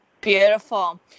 Beautiful